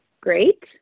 great